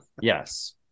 Yes